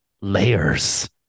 layers